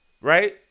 Right